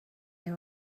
they